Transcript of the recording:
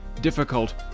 difficult